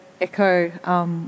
echo